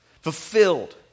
fulfilled